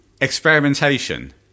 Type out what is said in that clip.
experimentation